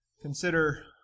consider